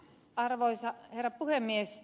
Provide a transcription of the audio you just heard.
arvoisa herra puhemies